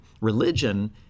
religion